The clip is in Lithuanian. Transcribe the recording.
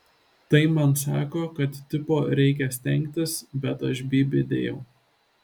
tai man sako kad tipo reikia stengtis bet aš bybį dėjau